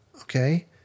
Okay